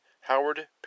Howard